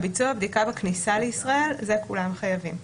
ביצוע הבדיקה בכניסה לישראל, כולם חייבים בה.